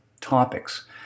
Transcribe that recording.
topics